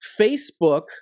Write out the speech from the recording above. Facebook